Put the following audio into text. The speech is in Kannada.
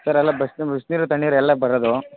ಸರ್ ಅಲ್ಲ ಬಸ್ ಬಿಸಿನೀರು ತಣ್ಣೀರು ಎಲ್ಲ ಬರೋದು